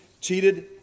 cheated